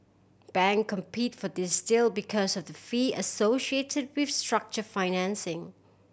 bank compete for these deal because of the fee associated with structure financing